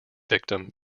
victim